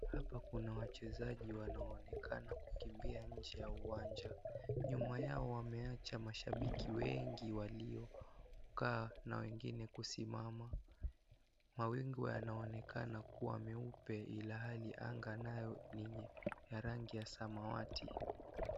Hapa kuna wachezaji wanaonekana kukimbia nje ya uwanja, nyuma yao wameacha mashabiki wengi waliokaa na wengine kusimama, mawingu yanaonekana kuwa meupe ilhali anga nayo ni yenye rangi ya samawati.